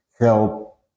help